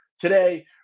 Today